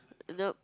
nope